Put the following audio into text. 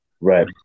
Right